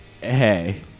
Hey